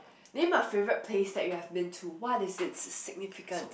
name a favourite place that you have been to what is it significant